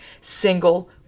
single